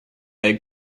they